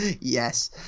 Yes